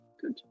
good